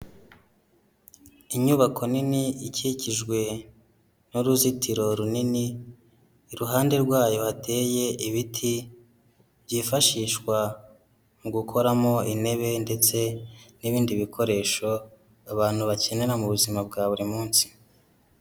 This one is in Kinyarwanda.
Inyubako nini ikikijwe n'uruzitiro runini, iruhande rwayo hateye ibiti, byifashishwa mu gukoramo intebe ndetse n'ibindi bikoresho abantu bakenera mu buzima bwa buri munsi.